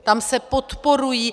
Tam se podporují...